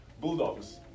Bulldogs